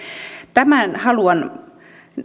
tätä haluan